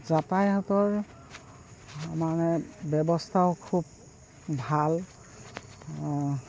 যাতায়তৰ মানে ব্যৱস্থাও খুব ভাল